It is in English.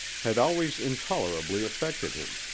had always intolerably affected him.